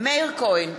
מאיר כהן,